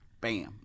bam